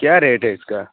کیا ریٹ ہے اِس کا